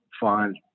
find